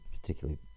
particularly